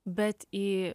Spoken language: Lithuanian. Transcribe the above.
bet į